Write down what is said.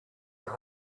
that